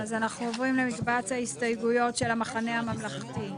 אז אנחנו עוברים למקבץ ההסתייגויות של "המחנה הממלכתי".